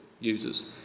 users